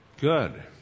good